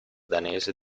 danese